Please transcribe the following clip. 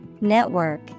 network